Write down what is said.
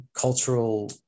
cultural